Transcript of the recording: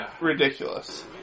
Ridiculous